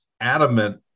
adamant